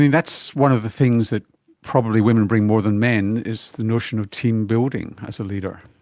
that's one of the things that probably women bring more than men, is the notion of teambuilding as a leader.